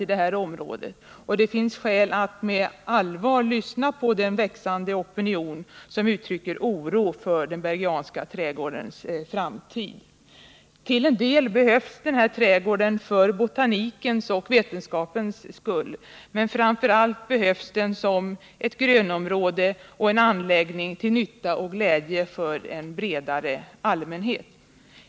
Det finns anledning att med allvar lyssna på den växande opinion som uttrycker oro för den Bergianska trädgårdens framtid. Till en del behövs den här trädgården för den botaniska vetenskapen, men framför allt behövs den som ett grönområde och en anläggning till nytta och glädje för en bredare allmänhet.